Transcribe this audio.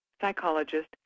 psychologist